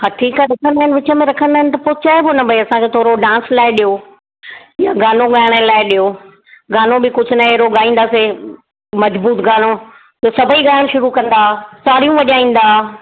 हा ठीकु आहे ॾिसंदा आहिनि विच में रखंदा आहिनि त पोइ चइबो न भई असांखे थोरो डांस लाइ ॾियो या गानो ॻाइण लाइ ॾियो गानो बि कुझु न अहिड़ो ॻाईंदासीं मज़बूत गानो जो सभई ॻाइण शुरू कंदा ताड़ियूं वॼाईंदा